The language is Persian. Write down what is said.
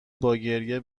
باگریه